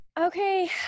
okay